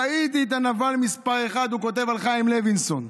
ראיתי את הנבל מס' אחת, הוא כותב על חיים לוינסון.